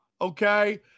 Okay